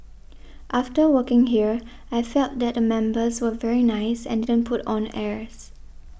after working here I felt that the members were very nice and didn't put on airs